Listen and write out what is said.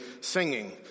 singing